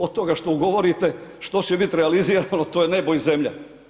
Od toga što ugovorite, što će bit realizirano, to je nebo i zemlja.